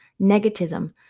negativism